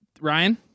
Ryan